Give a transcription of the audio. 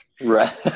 Right